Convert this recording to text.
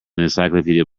encyclopedia